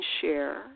share